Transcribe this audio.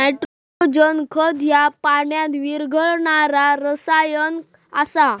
nitrogen खत ह्या पाण्यात विरघळणारा रसायन आसा